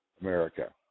America